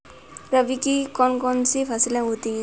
रबी की कौन कौन सी फसलें होती हैं?